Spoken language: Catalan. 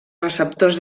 receptors